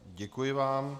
Děkuji vám.